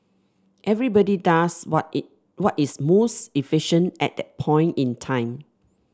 everybody does what is what is most efficient at that point in time